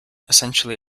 essentially